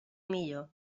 millor